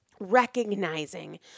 recognizing